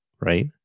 right